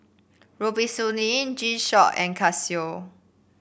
Robitussin G Shock and Casio